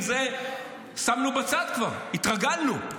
את זה כבר שמנו בצד, התרגלנו.